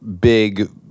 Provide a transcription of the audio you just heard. big